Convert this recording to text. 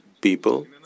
people